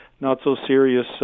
not-so-serious